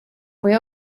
fue